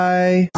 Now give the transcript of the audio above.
Bye